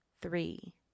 three